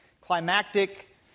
climactic